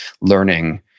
learning